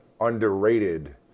underrated